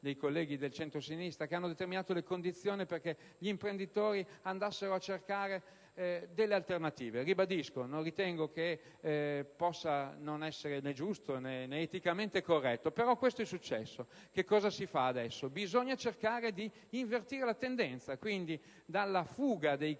dei colleghi del centrosinistra, che hanno determinato le condizioni perché gli imprenditori andassero a cercare delle alternative. Ritengo che ciò possa non essere giusto né eticamente corretto. Però questo è successo. Che cosa si fa adesso? Bisogna cercare di invertire la tendenza. Quindi, dalla fuga dei capitali